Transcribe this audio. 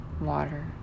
water